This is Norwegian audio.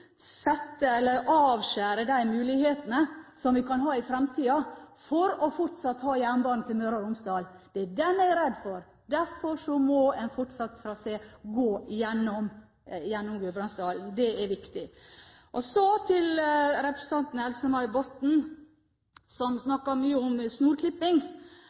avskjære de mulighetene vi kan ha i fremtiden for fortsatt å ha jernbane til Møre og Romsdal. Det er den jeg er redd for. Derfor må en trasé fortsatt gå gjennom Gudbrandsdalen. Det er viktig. Så til representanten Else-May Botten, som snakket mye om snorklipping,